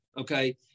okay